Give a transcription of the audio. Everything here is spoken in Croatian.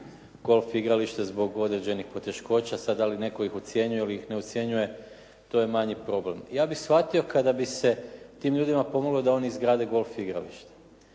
golf igralište zbog određenih poteškoća. Sad da li netko ih ucjenjuje ili ih ne ucjenjuje to je manji problem. Ja bih shvatio kada bi se tim ljudima pomoglo da oni izgrade golf igralište.